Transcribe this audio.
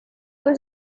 was